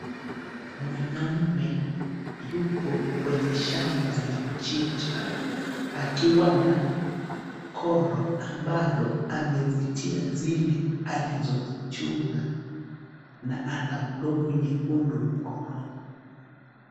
Mwanamume yupo kwenye shamba la mchicha akiwa na koro ambalo amezitia zile alizo juna na ana glovu nyekundu mkononi.